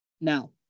Now